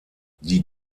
die